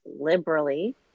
liberally